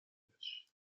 نبودش